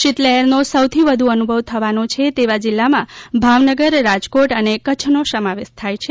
શીત લહેર નો સૌથી વધુ અનુભવ થવાનો છે તેવા જિલ્લા માં ભાવનગર રાજકોટ અને કચ્છ નો સમાવેશ થાય છે